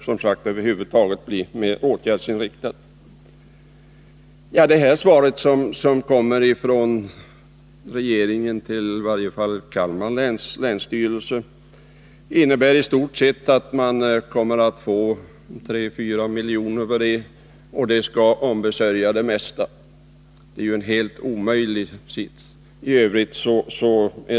Regeringens svar till Kalmar läns länsstyrelse innebär i stort sett att man kommer att få 3-4 miljoner, och det skall ombesörja det mesta. Det är ju en helt orimlig sits.